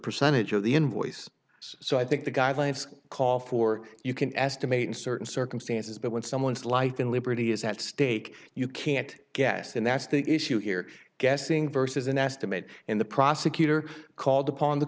percentage of the invoice so i think the guidelines call for you can estimate in certain circumstances but when someone's life and liberty is at stake you can't guess and that's the issue here guessing versus an estimate and the prosecutor called upon t